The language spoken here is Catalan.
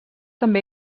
també